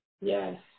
Yes